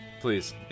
please